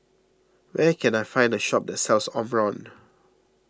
where can I find a shop that sells Omron